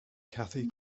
cathy